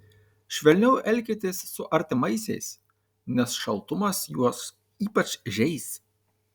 švelniau elkitės su artimaisiais nes šaltumas juos ypač žeis